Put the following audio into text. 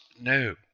No